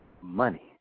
Money